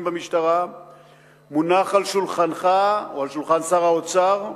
במשטרה מונח על שולחנך או על שולחן שר האוצר,